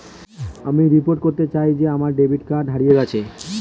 আমি রিপোর্ট করতে চাই যে আমার ডেবিট কার্ডটি হারিয়ে গেছে